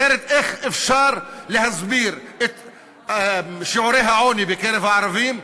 אחרת איך אפשר להסביר את שיעורי העוני בקרב הערבים,